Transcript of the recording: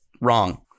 Wrong